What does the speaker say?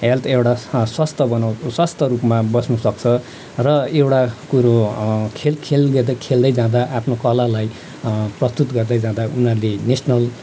health एउटा सा स्वस्थ बनाउ स्वस्थ्य रूपमा बस्नुसक्छ र एउटा कुरो खेल खेल या त खेल्दै जाँदा आफ्नो कलालाई प्रस्तुत गर्दै जाँदा उनीहरूले नेसनल